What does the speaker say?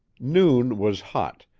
noon was hot,